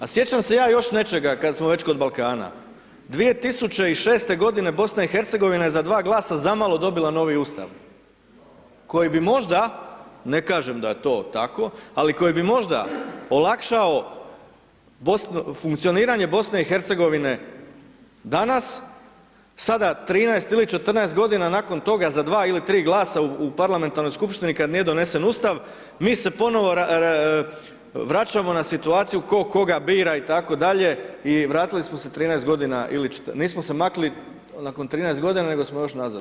A sjećam se ja još nečega, kada smo već kod Balkana, 2006. g. BIH je za 2 glasa zamalo dobila novi Ustav, koji bi možda, ne kažem da je to tako, ali koji bi možda olakšao funkcioniranje BIH, danas, sada 13 ili 14 g. nakon toga, za 2 ili 3 glasa u parlamentarnoj skupštini, kada nije donesen Ustav, mi se ponovo vraćamo u situaciju ko koga bira itd. i vratili smo se 13 godina ili nismo se makli nakon 13 godina nego smo ošli unazad.